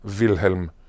Wilhelm